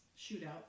shootout